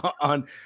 on